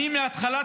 מהתחלת